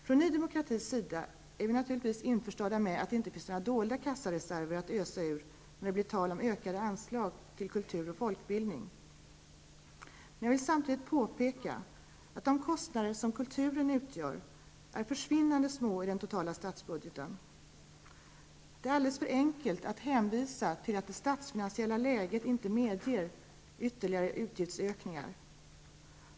Från Ny Demokratis sida är vi naturligtvis införstådda med att det inte finns några dolda kassareserver att ösa ur när det blir tal om ökade anslag till kultur och folkbildning. Men jag vill samtidigt påpeka att de kostnader som kulturen utgör är försvinnande små i den totala statsbudgeten. Det är alldeles för enkelt att hänvisa till att det statsfinansiella läget inte medger ytterligare utgiftsökningar.